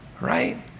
right